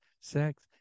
sex